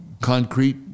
concrete